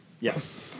Yes